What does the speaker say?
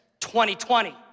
2020